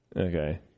Okay